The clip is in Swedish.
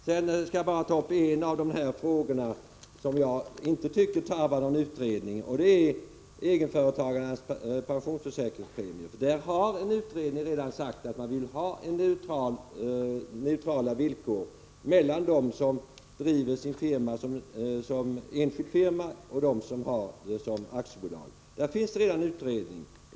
Sedan skall jag bara ta upp en av de frågor som jag tycker inte tarvar någon utredning, och det är egenföretagarnas pensionsförsäkringspremier. Där har en utredning redan sagt att man vill ha villkor som är neutrala när det gäller dem som driver sitt företag som enskild firma och dem som driver det som aktiebolag. Där finns redan en utredning.